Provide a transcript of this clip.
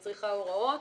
היא צריכה הוראות,